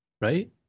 right